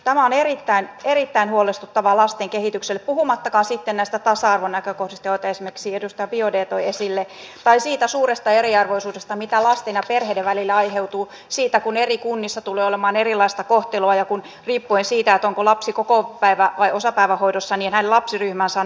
tämä on erittäin erittäin huolestuttavaa lasten kehitykselle puhumattakaan sitten näistä tasa arvonäkökohdista joita esimerkiksi edustaja biaudet toi esille tai siitä suuresta eriarvoisuudesta mitä lasten ja perheiden välillä aiheutuu siitä kun eri kunnissa tulee olemaan erilaista kohtelua ja kun riippuen siitä onko lapsi kokopäivä vai osapäivähoidossa hänen lapsiryhmänsä on erikokoinen